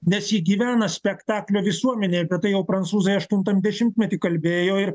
nes ji gyvena spektaklio visuomenėj apie tai jau prancūzai aštuntam dešimtmety kalbėjo ir